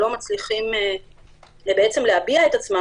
שלא מצליחים להביע את עצמם,